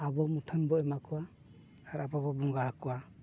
ᱟᱵᱚ ᱢᱩᱴᱷᱟᱹᱱ ᱵᱚᱱ ᱮᱢᱟ ᱠᱚᱣᱟ ᱟᱨ ᱟᱵᱚ ᱵᱚᱱ ᱵᱚᱸᱜᱟ ᱟᱠᱚᱣᱟ